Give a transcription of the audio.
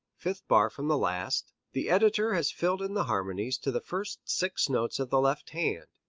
fifth bar from the last, the editor has filled in the harmonies to the first six notes of the left hand,